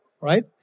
right